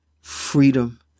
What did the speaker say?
freedom